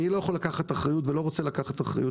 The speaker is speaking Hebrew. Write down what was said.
אני לא יכול לקחת אחריות ולא רוצה לקחת אחריות